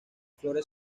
flores